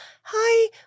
Hi